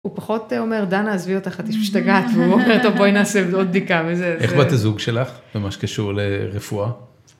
הוא פחות אומר, דנה, עזבי אותך, את משתגעת, והוא אומר, טוב, בואי נעשה עוד בדיקה וזה. איך בת הזוג שלך, ממש קשור לרפואה?